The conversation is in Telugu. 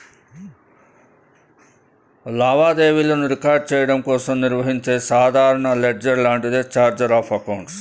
లావాదేవీలను రికార్డ్ చెయ్యడం కోసం నిర్వహించే సాధారణ లెడ్జర్ లాంటిదే ఛార్ట్ ఆఫ్ అకౌంట్స్